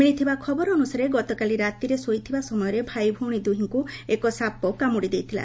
ମିଳିଥିବା ଖବର ଅନୁସାରେ ଗତକାଲି ରାତିରେ ଶୋଇଥିବା ସମୟରେ ଭାଇଉଭଶୀ ଦୁହିଙ୍କୁ ଏକ ସାପ କାମୁଡି ଦେଇଥିଲା